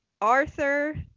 Arthur